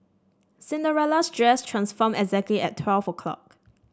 Cinderella's dress transformed exactly at twelve o'clock